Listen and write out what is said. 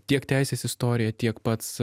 tiek teisės istorija tiek pats